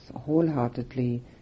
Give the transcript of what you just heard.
wholeheartedly